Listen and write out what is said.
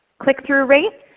click through rate,